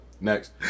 next